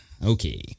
Okay